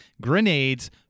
grenades